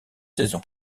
saison